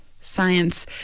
science